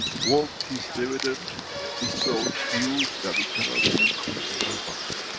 world peace dividend is so huge that we cannot even contemplate on it.